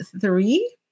three